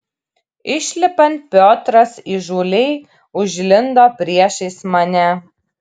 išlipant piotras įžūliai užlindo priešais mane